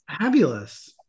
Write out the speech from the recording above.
Fabulous